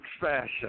fashion